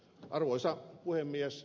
arvoisa puhemies